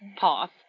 path